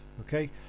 okay